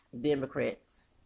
Democrats